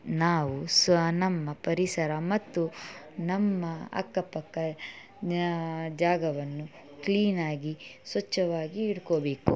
ನಾವು ಸೊ ನಮ್ಮ ಪರಿಸರ ಮತ್ತು ನಮ್ಮ ಅಕ್ಕ ಪಕ್ಕ ನ್ಯಾ ಜಾಗವನ್ನು ಕ್ಲೀನಾಗಿ ಸ್ವಚ್ಛವಾಗಿ ಇಟ್ಕೋಬೇಕು